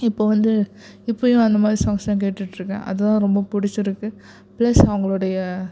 இப்போ வந்து இப்போயும் அந்தமாதிரி சாங்ஸெலாம் கேட்டுகிட்ருக்கேன் அதுதான் ரொம்ப பிடிச்சிருக்கு ப்ளஸ் அவங்களுடைய